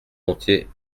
monter